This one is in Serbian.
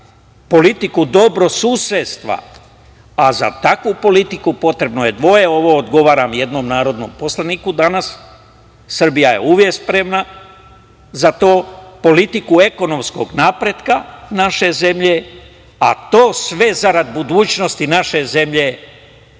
politiku dobrosusedstva, a za takvu politiku potrebno je dvoje, ovo odgovaram jednom narodnom poslaniku danas, Srbija je uvek spremna za to, politiku ekonomskog napretka naše zemlje, a to sve zarad budućnosti naše zemlje